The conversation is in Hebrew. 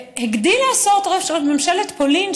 הגדיל לעשות ראש ממשלת פולין,